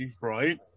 right